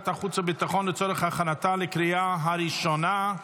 החוץ והביטחון לצורך הכנתה לקריאה הראשונה.